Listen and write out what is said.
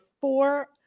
four